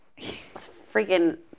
freaking